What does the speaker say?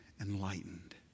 enlightened